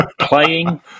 playing